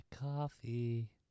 coffee